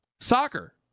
Soccer